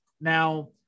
Now